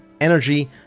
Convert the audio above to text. energy